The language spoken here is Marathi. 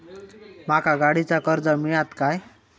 माका गाडीचा कर्ज मिळात काय?